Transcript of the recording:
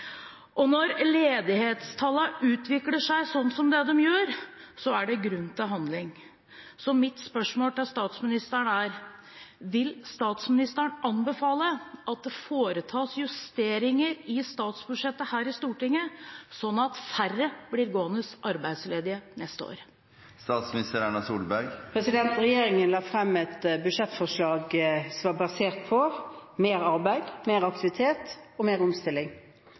Når ledighetstallene utvikler seg sånn som de gjør, er det grunn til handling. Så mitt spørsmål til statsministeren er: Vil statsministeren anbefale at det foretas justeringer i statsbudsjettet her i Stortinget, sånn at færre blir gående arbeidsledig neste år? Regjeringen la frem et budsjettforslag som var basert på mer arbeid, mer aktivitet og mer omstilling.